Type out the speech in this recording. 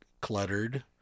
cluttered